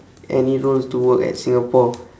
any role to work at singapore